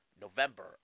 November